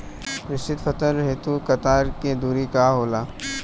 मिश्रित फसल हेतु कतार के दूरी का होला?